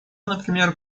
например